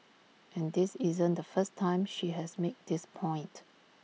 and this isn't the first time she has made this point